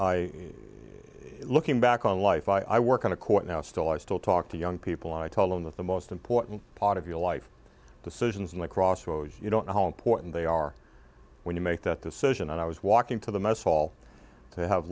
i looking back on a life i work in a court now still i still talk to young people i tell him that the most important part of your life decisions in the crossroads you don't know how important they are when you make that decision and i was walking to the mess hall to have